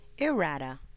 Errata